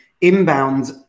inbound